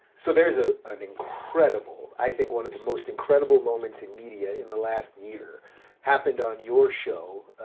so there's ah an incredible, i think one of the most incredible moments in media in the last year happened on your show.